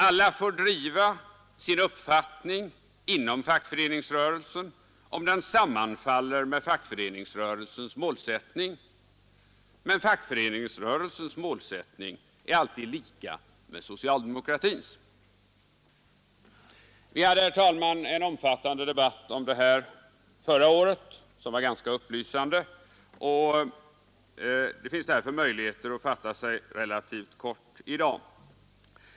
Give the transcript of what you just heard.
Alla får driva sin uppfattning inom fackföreningsrörelsen, om den sammanfaller med fackföreningsrörelsens målsättning. Men fackföreningsrörelsens målsättning är alltid lika med socialdemokratins. Vi hade, herr talman, en omfattande debatt om det här förra året som var ganska upplysande, och det finns därför möjligheter att fatta sig relativt kort i dag.